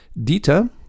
Dieter